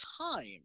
time